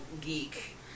geek